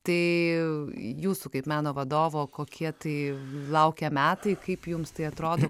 tai jūsų kaip meno vadovo kokie tai laukia metai kaip jums tai atrodo